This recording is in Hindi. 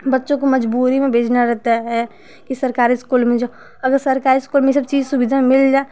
बच्चों को मजबूरी में भेजना रहता है कि सरकारी इस्कूल में जो अगर सरकारी इस्कूल में इ सब चीज सुविधा मिल जाए